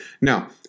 Now